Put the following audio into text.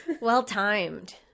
Well-timed